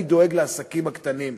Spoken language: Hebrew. אני דואג לעסקים הקטנים,